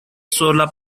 sola